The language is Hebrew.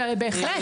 בהחלט.